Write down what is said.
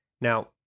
Now